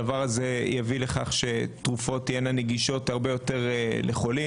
הדבר יביא לכך שתרופות תהיינה נגישות הרבה יותר לחולים,